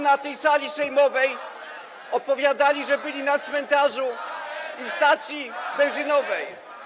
na tej sali sejmowej, opowiadali, że byli na cmentarzu i na stacji benzynowej.